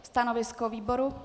Stanovisko výboru?